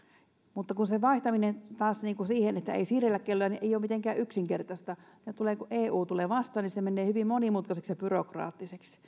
mutta sen vaihtaminen taas siihen että ei siirrellä kelloja ei ole mitenkään yksinkertaista kun eu tulee vastaan niin se menee hyvin monimutkaiseksi ja byrokraattiseksi